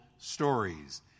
stories